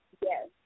Yes